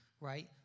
right